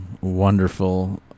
wonderful